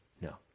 No